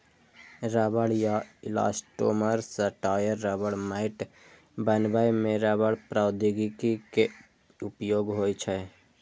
रबड़ या इलास्टोमोर सं टायर, रबड़ मैट बनबै मे रबड़ प्रौद्योगिकी के उपयोग होइ छै